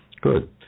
Good